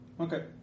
Okay